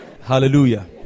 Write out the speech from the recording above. Hallelujah